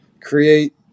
create